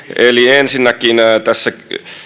ensinnäkin tässä